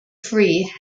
free